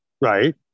right